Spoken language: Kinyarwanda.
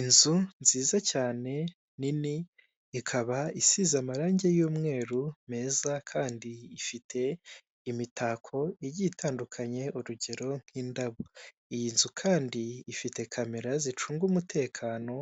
Inzu nziza cyane nini, ikaba isize amarangi y'umweru meza, kandi ifite imitako igiye itandukanye, urugero indabo. Iyi nzu kandi ifite kamera zicunga umutekano